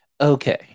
Okay